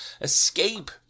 escape